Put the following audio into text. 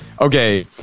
Okay